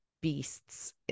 beasts